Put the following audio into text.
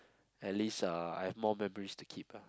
at least ah I have more memories to keep ah